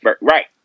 Right